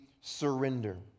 surrender